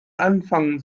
anfangen